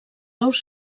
ous